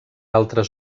altres